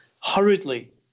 hurriedly